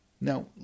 Now